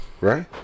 Right